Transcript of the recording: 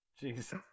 Jesus